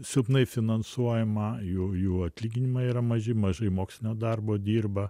silpnai finansuojama jų jų atlyginimai yra maži mažai mokslinio darbo dirba